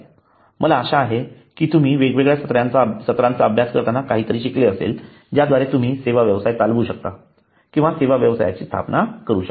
मला आशा आहे की तुम्ही वेगवेगळ्या सत्रांचा अभ्यास करताना काहीतरी शिकले असेल ज्याद्वारे तुम्ही सेवा व्यवसाय चालवू शकता किंवा सेवा व्यवसायाची स्थापना करू शकता